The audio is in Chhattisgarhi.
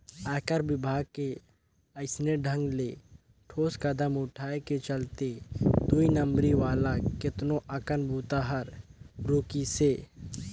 आयकर विभाग के अइसने ढंग ले ठोस कदम उठाय के चलते दुई नंबरी वाला केतनो अकन बूता हर रूकिसे